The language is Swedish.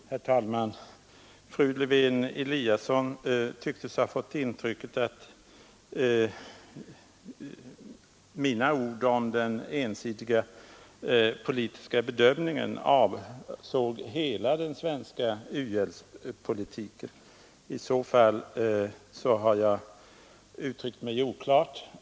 Herr talman! Fru Lewén-Eliasson tycktes ha fått intrycket att mina ord om den ensidiga politiska bedömningen avsåg hela den svenska u-hjälpspolitiken. I så fall har jag uttryckt mig oklart.